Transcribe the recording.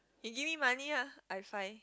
can give me money lah I sign